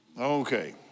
Okay